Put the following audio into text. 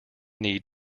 need